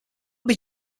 that